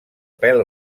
pèl